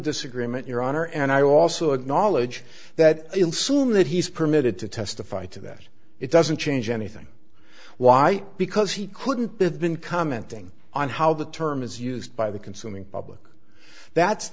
disagreement your honor and i also acknowledge that in sume that he's permitted to testify to that it doesn't change anything why because he couldn't have been commenting on how the term is used by the consuming public that's